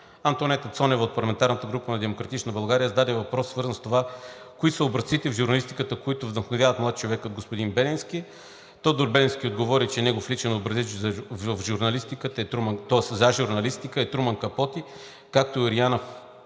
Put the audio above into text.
Антоанета Цонева от парламентарната група на „Демократична България, зададе въпрос, свързан с това кои са образците в журналистиката, които вдъхновяват млад човек като господин Беленски. Тодор Беленски отговори, че негов личен образец за журналистика е Труман Капоти, както и Ориана Фалачи,